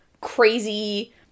crazy